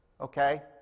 Okay